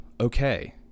okay